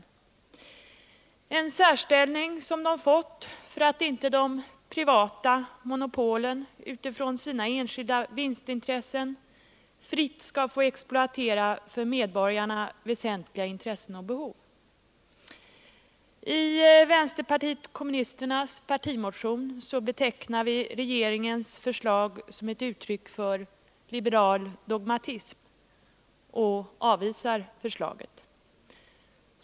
Det är också en särställning som de fått för att inte de privata monopolen utifrån sina enskilda vinstintressen fritt skall få exploatera för medborgarna väsentliga intressen och behov. I vänsterpartiet kommunisternas partimotion betecknar vi regeringens förslag som ett uttryck för liberal dogmatism, och vi avvisar förslaget.